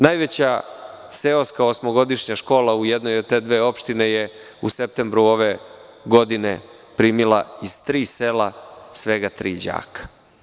Najveća seoska osmogodišnja škola u jednoj od te dve opštine je u septembru ove godine primila iz tri sela svega tri đaka.